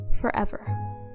forever